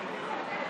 חבר הכנסת קיש,